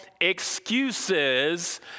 excuses